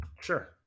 Sure